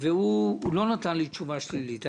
הוא לא נתן לי תשובה שלילית.